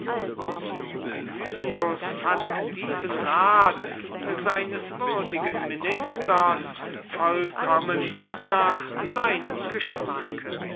befand diesen rat seines würdigen ministers vollkommen nach seinem geschmack